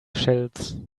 shells